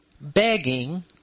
begging